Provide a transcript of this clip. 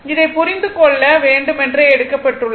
இது புரிந்து கொள்ள வேண்டுமென்றே எடுக்கப்பட்டுள்ளது